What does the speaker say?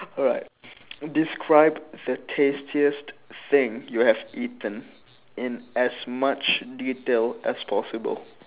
alright describe the tastiest thing you have eaten in as much detail as possible